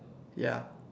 ya